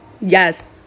yes